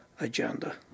agenda